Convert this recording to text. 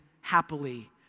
happily